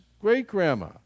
great-grandma